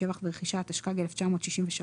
שבח ורכישה התשכ"ג 1963,